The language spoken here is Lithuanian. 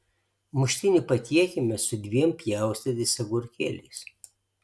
muštinį patiekiame su dviem pjaustytais agurkėliais